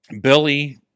Billy